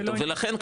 ולכן,